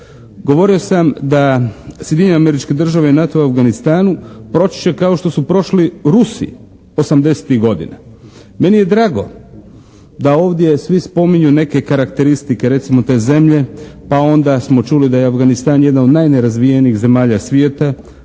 Govorio sam da Sjedinjene Američke Države NATO u Afganistanu proći će kao što su prošli Rusi '80.-ih godina. Meni je drago da ovdje svi spominju neke karakteristike recimo te zemlje pa onda smo čuli da je Afganistan jedna od nanerazvijenijih zemalja svijeta,